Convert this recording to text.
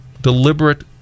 deliberate